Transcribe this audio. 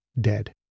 dead